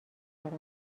دارند